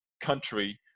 country